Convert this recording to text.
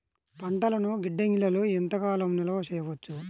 పంటలను గిడ్డంగిలలో ఎంత కాలం నిలవ చెయ్యవచ్చు?